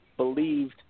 believed